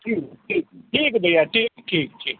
ठीक है ठीक ठीक है भैया ठीक ठीक ठीक